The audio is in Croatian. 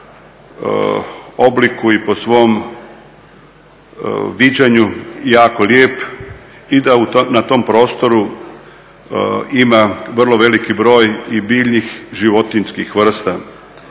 svom obliku i po svom viđenju jako lijep i da na tom prostoru ima vrlo veliki broj biljnih i životinjskih vrsta,